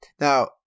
Now